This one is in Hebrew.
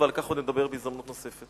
ועל כך עוד נדבר בהזדמנות נוספת.